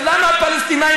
אז למה לפלסטינים,